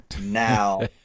now